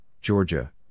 Georgia